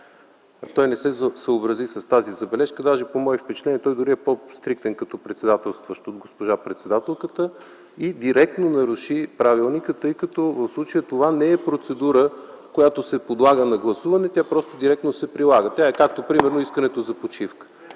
той не се съобрази с тази забележка, даже по мои впечатления той дори е по-стриктен като председателстващ от госпожа председателката и директно наруши правилника, тъй като в случая това не е процедура, която се подлага на гласуване, а тя директно се прилага, както е например искането за почивка.